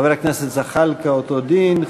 חבר הכנסת זחאלקה, אותו דין.